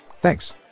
Thanks